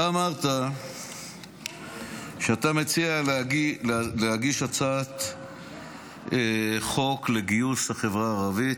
אתה אמרת שאתה מציע להגיש הצעת חוק לגיוס החברה הערבית,